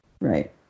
Right